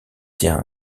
tient